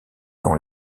dans